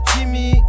Jimmy